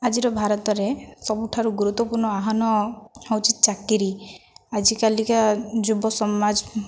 ଆଜିର ଭାରତରେ ସବୁଠାରୁ ଗୁରୁତ୍ୱପୂର୍ଣ୍ଣ ଆହ୍ୱାନ ହେଉଛି ଚାକିରି ଆଜିକାଲିକା ଯୁବସମାଜ